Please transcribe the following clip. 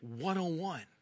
one-on-one